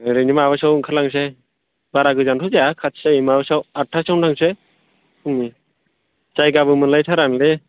ओरैनो माबासोयाव ओंखार लांसै बारा गोजानथ' जाया खाथि जायो माबा सोआव आठथा सोयावनो थांसै फुंनि जायगाबो मोनलाय थारा नोलै